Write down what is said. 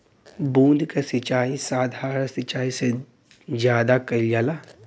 बूंद क सिचाई साधारण सिचाई से ज्यादा कईल जाला